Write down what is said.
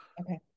Okay